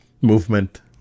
movement